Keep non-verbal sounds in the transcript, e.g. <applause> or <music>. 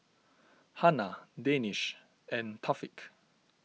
Hana Danish and <unintelligible>